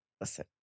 listen